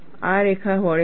આ રેખા વળેલી છે